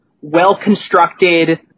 well-constructed